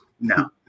No